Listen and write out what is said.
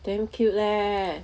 damn cute leh